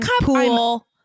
pool